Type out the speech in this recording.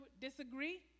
disagree